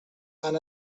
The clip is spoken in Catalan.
han